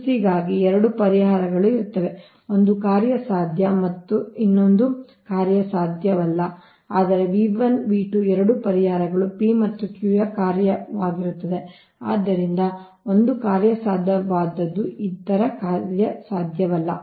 Q c ಗಾಗಿ ಎರಡು ಪರಿಹಾರಗಳು ಇರುತ್ತವೆ ಒಂದು ಕಾರ್ಯಸಾಧ್ಯ ಮತ್ತು ಇನ್ನೊಂದು ಕಾರ್ಯಸಾಧ್ಯವಲ್ಲ ಆದರೆ ಎರಡೂ ಪರಿಹಾರಗಳು P ಮತ್ತು Q ಯ ಕಾರ್ಯವಾಗಿರುತ್ತದೆ ಆದರೆ ಒಂದು ಕಾರ್ಯಸಾಧ್ಯವಾದದ್ದು ಇತರ ಕಾರ್ಯಸಾಧ್ಯವಲ್ಲ